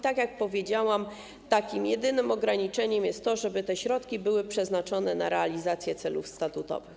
Tak jak powiedziałam, jedynym ograniczeniem jest to, że te środki muszą być przeznaczone na realizację celów statutowych.